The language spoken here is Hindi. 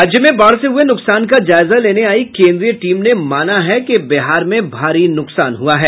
राज्य में बाढ़ से हुये नुकसान का जायजा लेने आयी केंद्रीय टीम ने माना है कि बिहार में भारी नुकसान हुआ है